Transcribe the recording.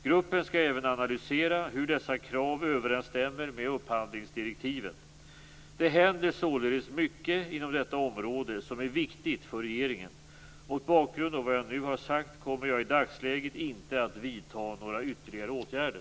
Gruppen skall även analysera hur dessa krav överensstämmer med upphandlingsdirektiven. Det händer således mycket inom detta område som är viktigt för regeringen. Mot bakgrund av vad jag nu har sagt kommer jag i dagsläget inte att vidta några ytterligare åtgärder.